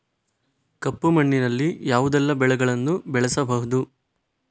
ಕಪ್ಪು ಮಣ್ಣಿನಲ್ಲಿ ಯಾವುದೆಲ್ಲ ಬೆಳೆಗಳನ್ನು ಬೆಳೆಸಬಹುದು?